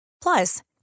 Plus